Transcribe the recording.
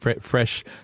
fresh